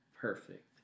perfect